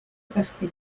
bechgyn